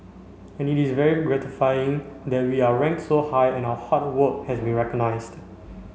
and it's very gratifying that we are rank so high and our hard work has been recognised